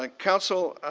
like council,